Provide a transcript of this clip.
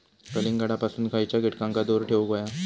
कलिंगडापासून खयच्या कीटकांका दूर ठेवूक व्हया?